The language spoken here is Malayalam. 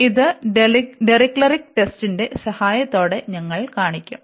ഇത് ഡിറിക്ലെറ്റ് ടെസ്റ്റിന്റെ സഹായത്തോടെ ഞങ്ങൾ കാണിക്കും